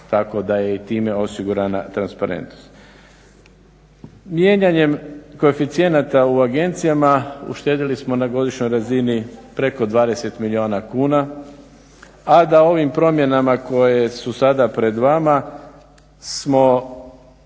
tako da je i time osigurana transparentnost. Mijenjanjem koeficijenata u agencijama uštedili smo na godišnjoj razini preko 20 milijuna kuna, a da ovim promjenama koje su sada pred vama smo